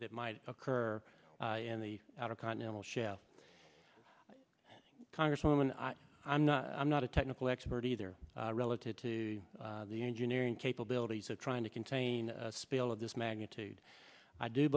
that might occur in the outer continental shelf congresswoman i'm not i'm not a technical expert either relative to the engineering capabilities of trying to contain a spill of this magnitude i do